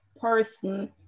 person